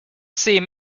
seem